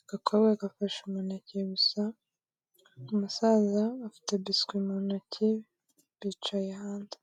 agakobwa gafashe umuneke gusa, umusaza afite biswi mu ntoki bicaye hanze.